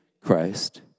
Christ